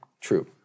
True